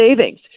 savings